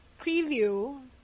preview